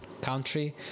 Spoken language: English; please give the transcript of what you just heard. country